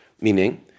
Meaning